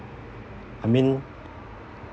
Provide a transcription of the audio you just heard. I mean